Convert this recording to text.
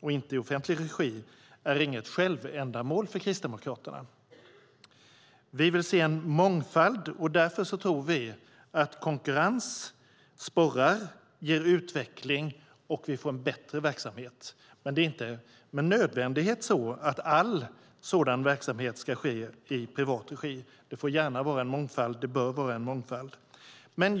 och inte offentlig regi är inget självändamål för Kristdemokraterna. Vi vill se en mångfald; därför tror vi att konkurrens sporrar och ger utveckling så att vi får en bättre verksamhet. Men det är inte med nödvändighet så att all sådan verksamhet ska ske i privat regi. Det får, och bör gärna vara, en mångfald.